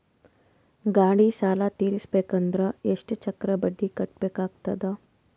ಗಾಡಿ ಸಾಲ ತಿರಸಬೇಕಂದರ ಎಷ್ಟ ಚಕ್ರ ಬಡ್ಡಿ ಕಟ್ಟಬೇಕಾಗತದ?